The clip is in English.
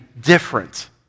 different